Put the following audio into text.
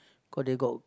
cause they got